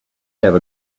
have